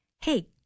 Hey